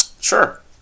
Sure